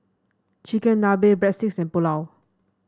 Chigenabe Breadsticks and Pulao